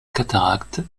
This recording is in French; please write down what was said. cataracte